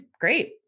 great